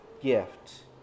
gift